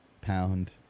pound